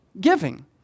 Giving